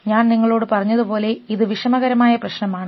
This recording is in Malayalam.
ഞാൻ നിങ്ങളോട് പറഞ്ഞതുപോലെ ഇത് വിഷമകരമായ പ്രശ്നമാണ്